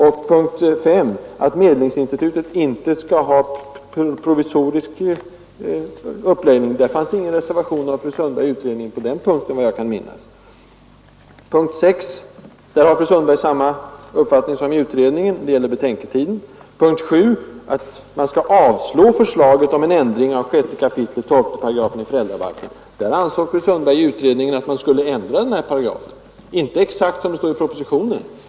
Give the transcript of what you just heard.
I fråga om punkt 6, betänketiden, har fru Sundberg samma uppfattning i motionen som hon hade i utredningen. Beträffande punkt 7, att man skall avslå förslaget om ändring i 6 kap 12 8 föräldrabalken, ansåg fru Sundberg i utredningen att man skulle ändra paragrafen fast inte exakt på samma sätt som föreslås i propositionen.